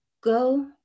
go